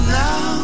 now